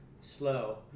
slow